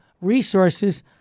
resources